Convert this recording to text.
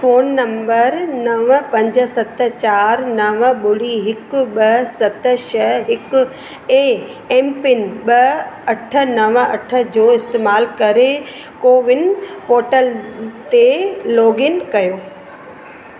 phone number नव पंज सत चारि नव ॿुड़ी हिकु ॿ सत छह हिकु ऐं एम पिन ॿ अठ नव अठ जो इस्तैमाल करे कोविन पोर्टल ते लॉगइन कयो